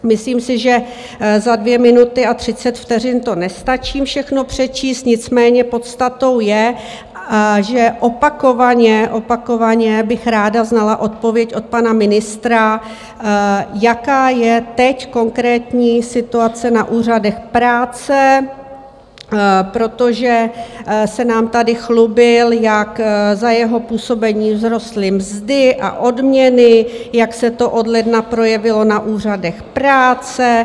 Myslím si, že za dvě minuty a třicet vteřin to nestačím všechno přečíst, nicméně podstatou je, že opakovaně, opakovaně bych ráda znala odpověď od pana ministra, jaká je teď konkrétní situace na úřadech práce, protože se nám tady chlubil, jak za jeho působení vzrostly mzdy a odměny, jak se to od ledna projevilo na úřadech práce.